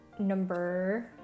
Number